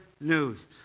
news